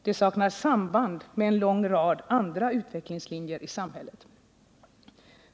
Det saknar samband med en lång rad andra utvecklingslinjer i samhället.